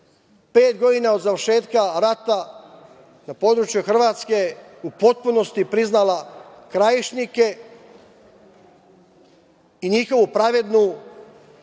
25 godina od završetka rata na području Hrvatske u potpunosti priznala Krajišnike i njihovu pravednu